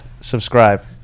subscribe